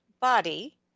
body